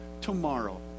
tomorrow